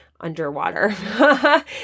underwater